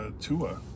Tua